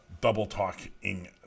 double-talking